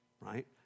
right